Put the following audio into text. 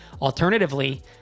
Alternatively